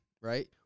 right